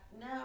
no